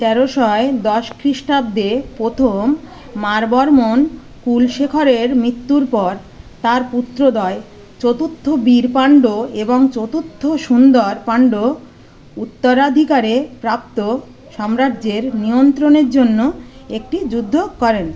তেরোশো দশ খ্রিষ্টাব্দে প্রথম মারবর্মন কুলশেখরের মৃত্যুর পর তার পুত্রদ্বয় চতুর্থ বীর পাণ্ড্য এবং চতুর্থ সুন্দর পাণ্ড্য উত্তরাধিকারে প্রাপ্ত সাম্রাজ্যের নিয়ন্ত্রণের জন্য একটি যুদ্ধ করেন